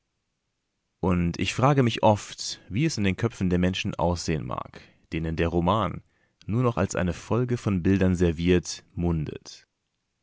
und ich frage mich oft wie es in den köpfen der menschen aussehen mag denen der roman nur noch als eine folge von bildern serviert mundet